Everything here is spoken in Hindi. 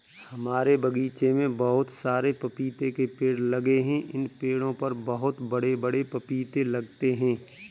हमारे बगीचे में बहुत सारे पपीते के पेड़ लगे हैं इन पेड़ों पर बहुत बड़े बड़े पपीते लगते हैं